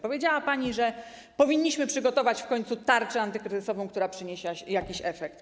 Powiedziała pani, że powinniśmy przygotować w końcu tarczę antykryzysową, która przyniesie jakiś efekt.